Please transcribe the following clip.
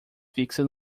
fixa